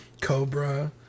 Cobra